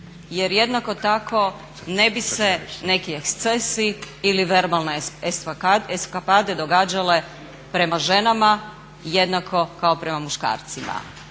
Jer jednako tako ne bi se neki ekscesi ili verbalne eskapade događale prema ženama jednako kao prema muškarcima,